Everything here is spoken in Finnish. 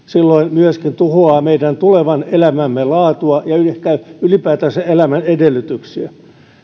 silloin myöskin tuhoaa meidän tulevan elämämme laatua ja ehkä ylipäätänsä elämän edellytyksiä